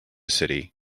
city